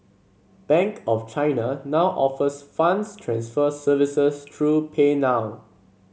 Bank of China now offers funds transfer services through PayNow